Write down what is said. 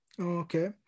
Okay